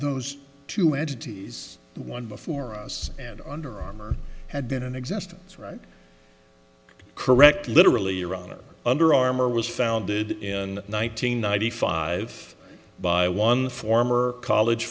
those two entities one before us and under armor had been in existence right correct literally iran or under armor was founded in one nine hundred ninety five by one former college